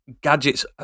gadgets